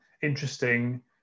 Interesting